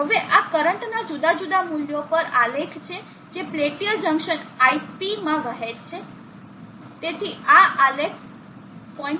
હવે આ કરંટના જુદા જુદા મૂલ્યો પરનો આલેખ છે જે પેલ્ટીઅર જંકશન iP માં વહે છે તેથી આ આલેખ 0